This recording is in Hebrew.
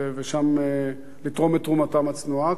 ושם לתרום את תרומתם הצנועה,